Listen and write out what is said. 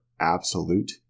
absolute